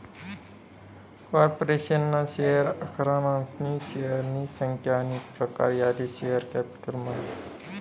corporation ना share आखनारासनी शेअरनी संख्या आनी प्रकार याले शेअर कॅपिटल म्हणतस